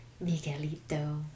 Miguelito